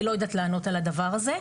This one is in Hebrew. אני לא יודעת לענות על הדבר הזה.